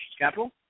capital